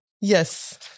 Yes